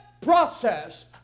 process